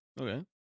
Okay